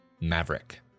maverick